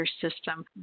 system